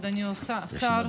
אדוני השר,